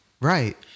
Right